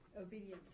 obedience